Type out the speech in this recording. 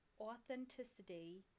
authenticity